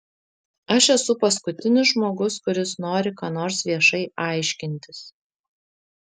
aš esu paskutinis žmogus kuris nori ką nors viešai aiškintis